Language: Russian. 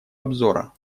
обзора